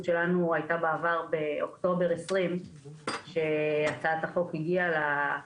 שלנו הייתה בעבר באוקטובר 2020 כשהצעת החוק פורסמה,